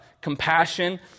compassion